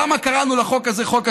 למה קראנו לחוק הזה "חוק הצוללות"?